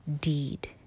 deed